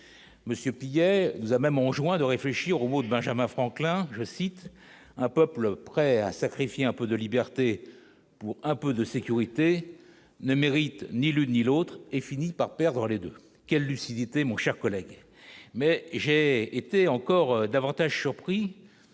monsieur nous a même enjoint de réfléchir au mode Benjamin Franklin, je cite, un peuple prêt à sacrifier un peu de liberté pour un peu de sécurité ne mérite ni l'une ni l'autre et finit par perdre les 2 quelle lucidité, mon cher collègue,